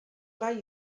gai